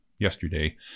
yesterday